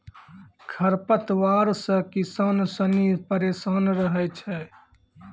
खरपतवार से किसान सनी परेशान रहै छै